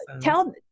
tell